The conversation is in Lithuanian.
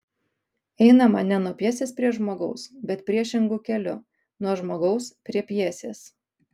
einama ne nuo pjesės prie žmogaus bet priešingu keliu nuo žmogaus prie pjesės